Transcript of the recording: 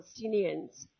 Palestinians